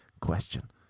question